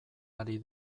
ari